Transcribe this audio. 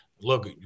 Look